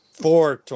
Four